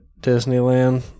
Disneyland